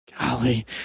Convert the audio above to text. Golly